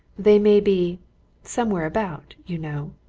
they may be somewhere about, you know.